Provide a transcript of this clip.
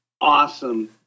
awesome